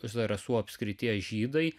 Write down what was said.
zarasų apskrities žydai